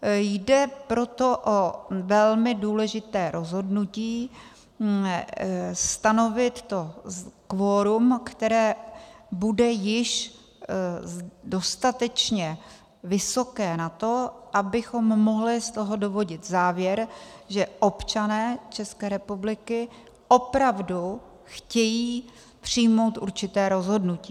Jde proto o velmi důležité rozhodnutí stanovit to kvorum, které bude již dostatečně vysoké na to, abychom mohli z toho dovodit závěr, že občané České republiky opravdu chtějí přijmout určité rozhodnutí.